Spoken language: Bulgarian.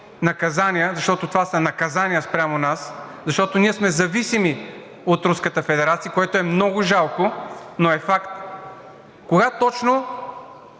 наказания, защото това са наказания спрямо нас, защото ние сме зависими от Руската федерация, което е много жалко, но е факт. Кога точно